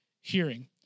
hearing